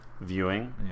viewing